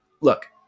look